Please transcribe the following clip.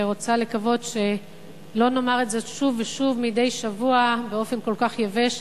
ורוצה לקוות שלא נאמר זאת שוב ושוב מדי שבוע באופן כל כך יבש,